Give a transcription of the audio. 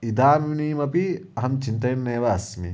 इदानीमपि अहं चिन्तयन्नेव अस्मि